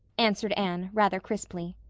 answered anne, rather crisply.